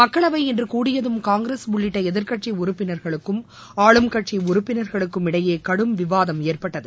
மக்களவை இன்று கூடியதும் காங்கிரஸ் உள்ளிட்ட எதிர்க்கட்சி உறுப்பினர்களுக்கும் ஆளும் கட்சி உறுப்பினர்களுக்கும் இடையே கடும் விவாதம் ஏற்பட்டது